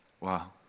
Wow